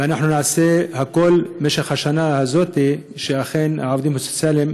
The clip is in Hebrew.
ואנחנו נעשה הכול במשך השנה הזאת כדי שאכן העובדים הסוציאליים,